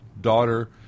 daughter